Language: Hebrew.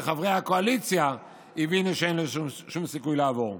חברי הקואליציה הבינו שאין לזה שום סיכוי לעבור.